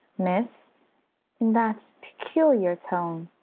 miss in that peculiar tone,